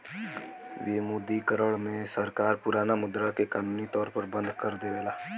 विमुद्रीकरण में सरकार पुराना मुद्रा के कानूनी तौर पर बंद कर देवला